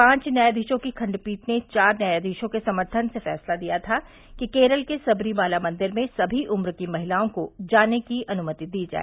पांव न्यायधीशों की खण्डपीठ ने चार न्यायधीशों के समर्थन से फैसला दिया था कि केरल के सबरीमला मंदिर में सभी उम्र की महिलाओं को जाने की अनुमति दी जाए